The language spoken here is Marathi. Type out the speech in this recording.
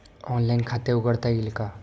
ऑनलाइन खाते उघडता येईल का?